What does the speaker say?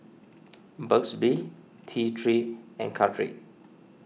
Burt's Bee T three and Caltrate